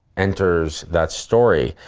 enters that story.